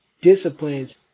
disciplines